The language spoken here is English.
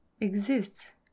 exists